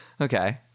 Okay